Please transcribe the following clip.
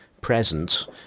present